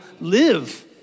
live